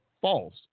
false